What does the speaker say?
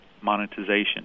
monetization